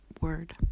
word